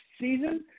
season